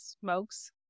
smokes